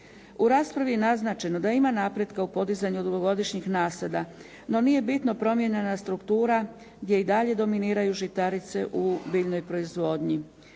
U raspravi je naznačeno da ima napretka u podizanju dugogodišnjih nasada no nije bitno promijenjena struktura gdje i dalje dominiraju žitarice u biljnoj proizvodnji.